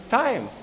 time